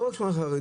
לא רק שכונה חרדית,